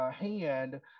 hand